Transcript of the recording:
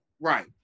Right